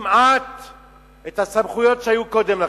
במעט את הסמכויות שהיו קודם לכן.